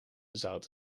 zout